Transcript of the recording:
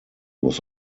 was